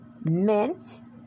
mint